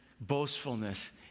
boastfulness